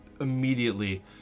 immediately